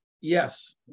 Yes